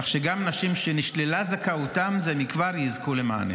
כך שגם נשים שנשללה זכאותן זה מכבר יזכו למענה.